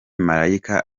malaika